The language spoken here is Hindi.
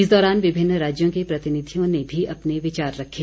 इस दौरान विभिन्न राज्यों के प्रतिनिधियों ने भी अपने विचार रखे